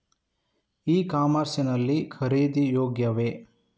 E commerce ಲ್ಲಿ ಖರೀದಿ ಯೋಗ್ಯವೇ?